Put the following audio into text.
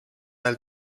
nel